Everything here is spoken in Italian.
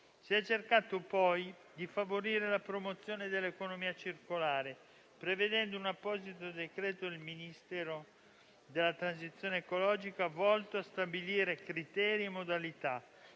Si è cercato poi di favorire la promozione dell'economia circolare, prevedendo un apposito decreto del Ministero della transizione ecologica volto a stabilire criteri e modalità